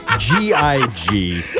G-I-G